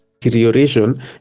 deterioration